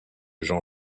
jean